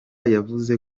yavuze